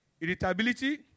irritability